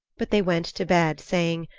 but they went to bed saying,